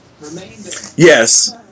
Yes